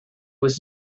was